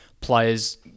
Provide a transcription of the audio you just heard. players